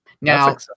now